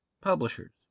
publishers